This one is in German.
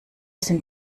sind